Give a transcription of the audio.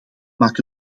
maakt